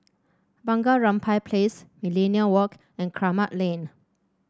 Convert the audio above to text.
Bunga Rampai Place Millenia Walk and Kramat Lane